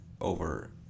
over